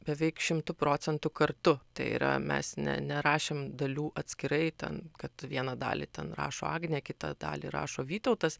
beveik šimtu procentų kartu tai yra mes ne nerašėm dalių atskirai ten kad vieną dalį ten rašo agnė kitą dalį rašo vytautas